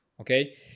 okay